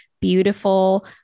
beautiful